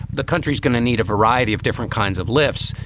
the country's going to need a variety of different kinds of lifts.